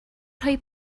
rhoi